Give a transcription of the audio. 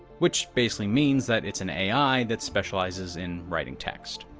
which basically means that it's an ai that specializes in writing text.